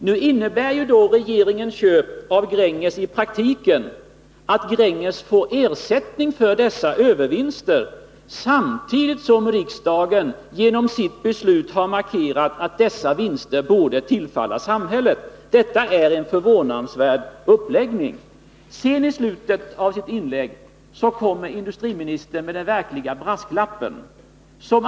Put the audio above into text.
Regeringens köp av Gränges innebär ju i praktiken att Gränges får ersättning för dessa övervinster samtidigt som riksdagen genom sitt beslut har markerat att dessa vinster borde tillfalla samhället. Detta är en förvånande uppläggning av förhandlingarna. I slutet av sitt inlägg kommer industriministern med den verkliga brasklappen.